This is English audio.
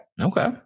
Okay